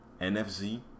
NFZ